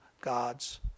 God's